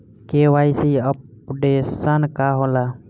KYC updation का होला?